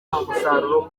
umusaruro